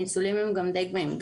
הניצולים הם גם די גבוהים.